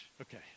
okay